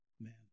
man